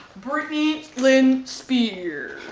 britney lynn spears.